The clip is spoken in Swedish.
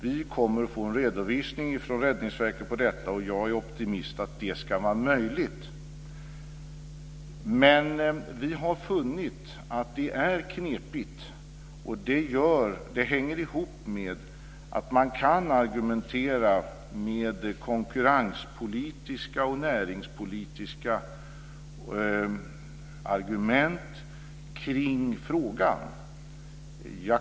Vi kommer att få en redovisning från Räddningsverket om detta. Jag är optimist över att detta ska vara möjligt. Vi har funnit att det är knepigt. Det hänger ihop med att man kan diskutera med konkurrens och näringspolitiska argument i frågan.